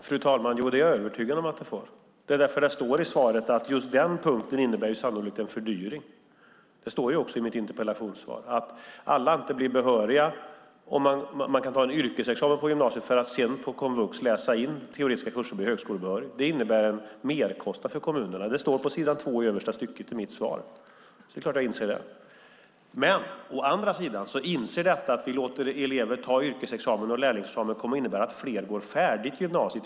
Fru talman! Jo, det är jag övertygad om att det får. Det är därför som det står i svaret att just den punkten sannolikt innebär en fördyring. Det står också i mitt interpellationssvar att alla inte blir behöriga. Man kan ta en yrkesexamen på gymnasiet för att sedan på komvux läsa in teoretiska kurser för högskolebehörighet. Det innebär en merkostnad för kommunerna. Det står på s. 2 i översta stycket i mitt svar. Det är klart att jag inser det. Å andra sidan kommer att vi låter elever ta yrkesexamen och lärlingsexamen att innebära att fler går färdigt gymnasiet.